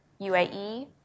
UAE